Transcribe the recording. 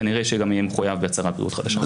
כנראה שגם יהיה מחויב בהצהרת בריאות חדשה.